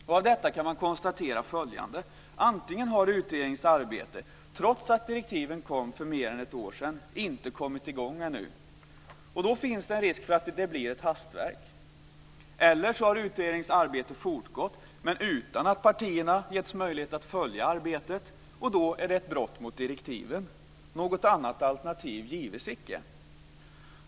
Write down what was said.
Utifrån detta kan följande konstateras: Antingen har utredningens arbete, trots att direktiven kom för mer än ett år sedan, inte kommit i gång ännu - då finns risken att det blir ett hastverk - eller också har utredningsarbetet fortgått men utan att partierna getts möjlighet att följa arbetet. Då är det ett brott mot direktivet. Något annat alternativ gives icke.